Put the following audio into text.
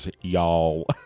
y'all